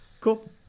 Cool